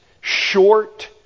short